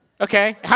Okay